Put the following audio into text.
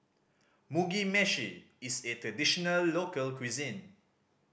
Mugi Meshi is a traditional local cuisine